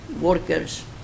workers